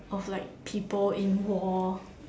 of like people in war